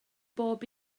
bob